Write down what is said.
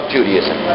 Judaism